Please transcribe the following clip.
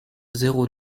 zéro